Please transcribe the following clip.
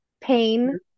pain